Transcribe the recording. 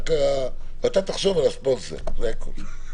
ואתה תחשוב על הספונסר, זה הכול.